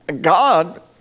God